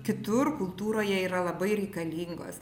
kitur kultūroje yra labai reikalingos